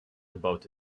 about